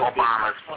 Obama's